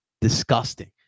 disgusting